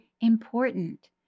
important